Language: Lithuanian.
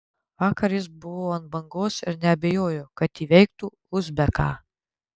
vakar jis buvo ant bangos ir neabejoju kad įveiktų uzbeką